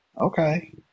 okay